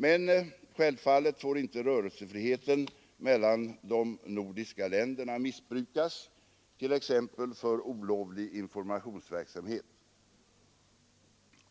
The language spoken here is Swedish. Men självfallet får inte rörelsefriheten mellan de nordiska länderna missbrukas, t.ex. för olovlig informationsverksamhet.